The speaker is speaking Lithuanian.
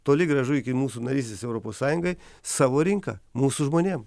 toli gražu iki mūsų narystės europos sąjungai savo rinką mūsų žmonėm